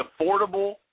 Affordable